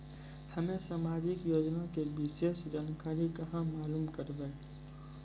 हम्मे समाजिक योजना के विशेष जानकारी कहाँ मालूम करबै?